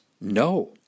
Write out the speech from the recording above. no